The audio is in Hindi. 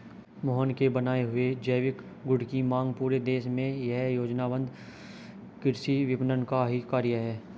मोहन के बनाए हुए जैविक गुड की मांग पूरे देश में यह योजनाबद्ध कृषि विपणन का ही कार्य है